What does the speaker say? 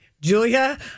Julia